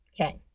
Okay